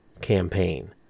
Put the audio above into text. campaign